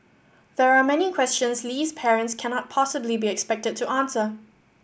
there are many questions Lee's parents cannot possibly be expected to answer